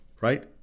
Right